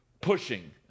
pushing